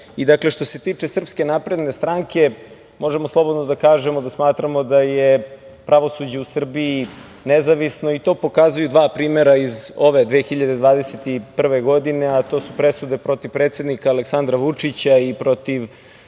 i, dakle, što se tiče SNS možemo slobodno da kažemo da smatramo da je pravosuđe u Srbiji nezavisno i to pokazuju dva primera iz ove 2021. godine, a to su presude protiv predsednika Aleksandra Vučića i protiv